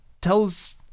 tells